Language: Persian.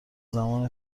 زمان